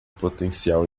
potencial